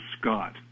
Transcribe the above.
Scott